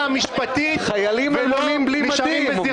המשפטית ולא נשארים בזירה המהותית.